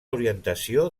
orientació